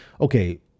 okay